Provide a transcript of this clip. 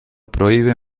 prohíbe